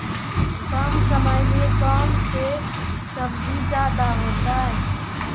कम समय में कौन से सब्जी ज्यादा होतेई?